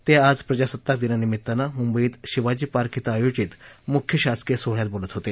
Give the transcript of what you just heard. ते आज प्रजासत्ताक दिनानिमित्त मुंबईत शिवाजी पार्क विं आयोजित मुख्य शासकीय सोहळ्यात बोलत होते